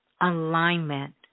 alignment